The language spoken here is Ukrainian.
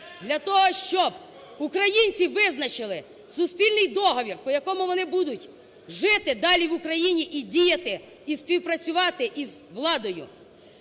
для того, щоб українці визначили суспільний договір по якому вони будуть жити далі в Україні і діяти, і співпрацювати із владою.